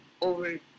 Over